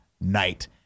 night